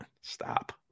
stop